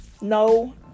No